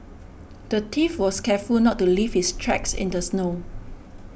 the thief was careful not to leave his tracks in the snow